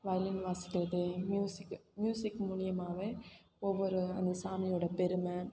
violin வாசிக்கிறது music music மூலிமாவே ஒவ்வொரு அந்த சாமியோடய பெருமை